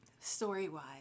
Story-wise